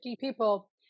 people